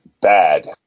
bad